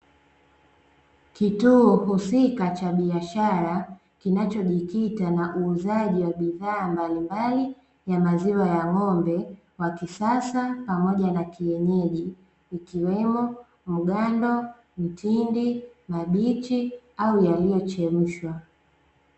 Kituo husika cha biashara kinachojikita na uuzaji wa bidhaa mbalimbali wa maziwa ya ng'ombe wa kisasa pamoja na kienyeji ikiwemo mgando, mtindi, mabichi au yaliyochemshwa.